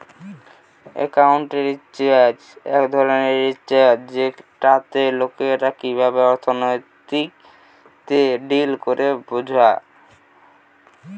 accounting research এক ধরণের research যেটাতে লোকরা কিভাবে অর্থনীতিতে ডিল করে বোঝা